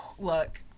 Look